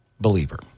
believer